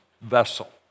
vessel